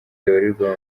bibarirwa